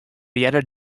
earder